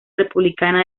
republicana